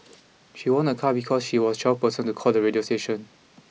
she won a car because she was twelfth person to call the radio station